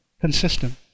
Consistent